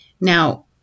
Now